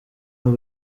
n’u